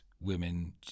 women